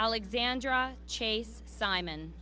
alexandra chase simon